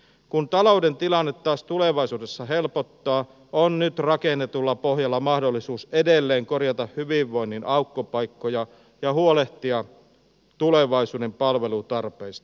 kun talouden tilanne taas tulevaisuudessa helpottaa on nyt rakennetulla pohjalla mahdollisuus edelleen korjata hyvinvoinnin aukkopaikkoja ja huolehtia tulevaisuuden palvelutarpeista